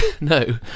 no